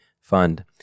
fund